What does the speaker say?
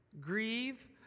Grieve